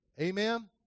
Amen